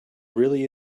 really